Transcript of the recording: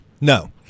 No